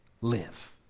live